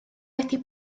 wedi